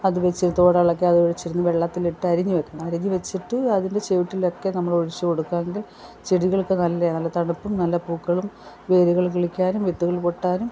അതുവെച്ച് തോടെളക്കി അതൊഴിച്ചിരുന്ന് വള്ളത്തിലിട്ടരിഞ്ഞ് വെയ്ക്കണം അരിഞ്ഞ് വെച്ചിട്ട് അതിൻ്റെ ചെവട്ടിലൊക്കെ നമ്മളൊഴിച്ച് കൊടുക്കാങ്കിൽ ചെടികൾക്ക് നല്ല നല്ല തണുപ്പും നല്ല പൂക്കളും വേരുകൾ കിളിക്കാനും വിത്തുകൾ പൊട്ടാനും